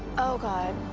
oh, god.